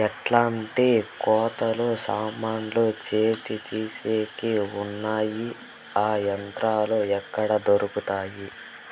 ఎట్లాంటి కోతలు సామాన్లు చెత్త తీసేకి వున్నాయి? ఆ యంత్రాలు ఎక్కడ దొరుకుతాయి?